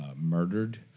murdered